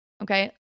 okay